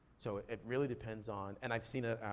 so it really depends on, and i've seen a,